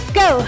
go